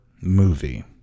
movie